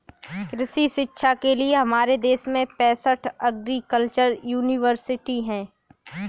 कृषि शिक्षा के लिए हमारे देश में पैसठ एग्रीकल्चर यूनिवर्सिटी हैं